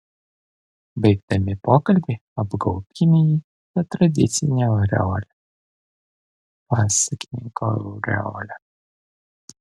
baigdami pokalbį apgaubkime jį ta tradicine aureole pasakininko aureole